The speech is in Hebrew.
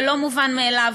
זה לא מובן מאליו,